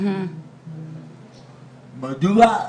מדוע?